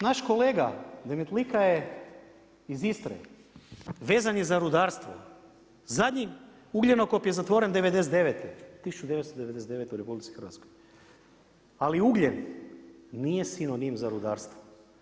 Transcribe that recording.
Naš kolega Demtlika je iz Istre, vezan je za rudarstvo, zadnji ugljenokop je zatvoren '99., 1999. u RH, ali ugljen nije sinonim za rudarstvo.